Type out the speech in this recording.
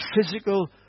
physical